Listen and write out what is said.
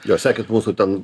jo sakėt mūsų ten